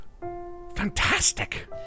fantastic